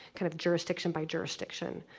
kind of jurisdiction by jurisdiction.